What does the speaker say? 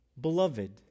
beloved